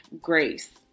grace